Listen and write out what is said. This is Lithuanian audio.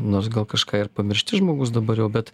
nors gal kažką ir pamiršti žmogus dabar jau bet